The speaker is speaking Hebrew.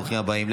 ברוכים הבאים.